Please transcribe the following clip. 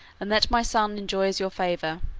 and that my son enjoys your favor.